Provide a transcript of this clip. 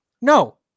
No